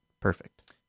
perfect